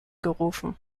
gerufen